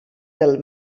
del